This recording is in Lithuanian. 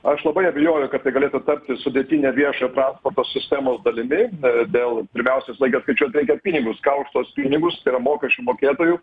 aš labai abejoju kad tai galėtų tapti sudėtine viešojo transporto sistemos dalimi dėl pirmiausia visą laiką reikia skaičiuot pinigus ką už tuos pinigus tai yra mokesčių mokėtojų